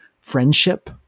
friendship